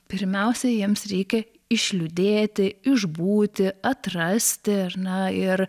pirmiausia jiems reikia išliūdėti išbūti atrasti ar na ir